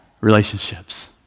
relationships